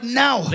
now